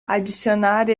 adicionar